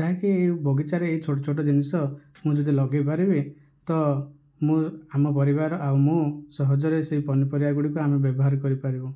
ଯାହାକି ବଗିଚାରେ ଏହି ଛୋଟ ଛୋଟ ଜିନିଷ ମୁଁ ଯଦି ଲଗେଇପାରିବି ତ ମୁଁ ଆମ ପରିବାର ଆଉ ମୁଁ ସହଜରେ ସେଇ ପନି ପରିବାଗୁଡ଼ିକ ଆମେ ବ୍ୟବହାର କରିପାରିବୁ